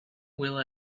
will